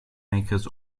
makers